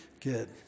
good